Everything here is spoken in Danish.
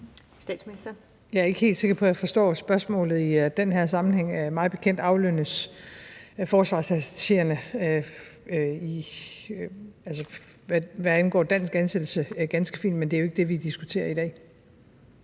Jeg er ikke helt sikker på, at jeg forstår spørgsmålet i den her sammenhæng. Mig bekendt aflønnes forsvarsattacheerne, hvad angår dansk ansættelse, ganske fint, men det er jo ikke det, vi diskuterer i dag.